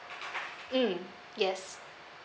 mm yes